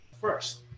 first